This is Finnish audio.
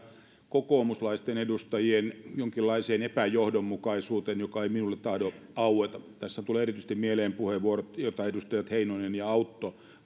kokoomuslaisten edustajien jonkinlaiseen epäjohdonmukaisuuteen joka ei minulle tahdo aueta tässä tulee erityisesti mieleen puheenvuorot joita edustajat heinonen ja autto